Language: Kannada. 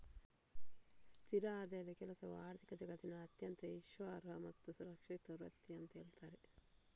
ಸ್ಥಿರ ಆದಾಯದ ಕೆಲಸವು ಆರ್ಥಿಕ ಜಗತ್ತಿನಲ್ಲಿ ಅತ್ಯಂತ ವಿಶ್ವಾಸಾರ್ಹ ಮತ್ತು ಸುರಕ್ಷಿತ ವೃತ್ತಿ ಅಂತ ಹೇಳ್ತಾರೆ